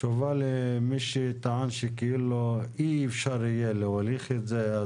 תשובה למי שטען שכאילו אי אפשר יהיה להוליך את זה.